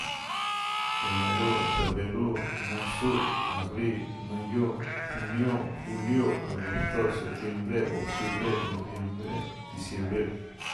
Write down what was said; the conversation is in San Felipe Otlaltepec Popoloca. Enero', febrero', marzo', abri', mayo', junio', julio', agosto', septiembre', octubre', noviembre', diciembre'.